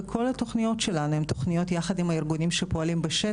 וכל התוכניות שלנו הן תוכניות יחד עם הארגונים שפועלים בשטח.